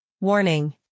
Warning